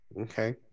Okay